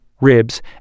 ribs